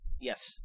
Yes